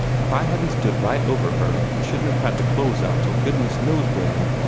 if i hadn't stood right over her, we shouldn't have had the clothes out till goodness knows when.